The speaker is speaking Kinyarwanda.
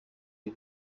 iyo